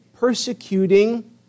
Persecuting